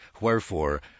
Wherefore